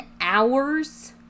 hours